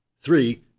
Three